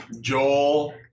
Joel